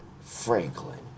franklin